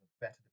better